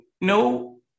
No